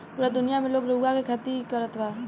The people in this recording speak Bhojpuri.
पूरा दुनिया में लोग रुआ के खेती करत बा